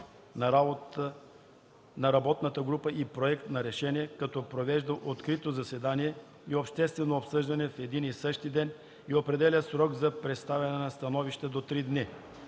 на работната група и проект на решение, като провежда открито заседание и обществено обсъждане в един и същи ден и определя срок за представяне на становища до три дни.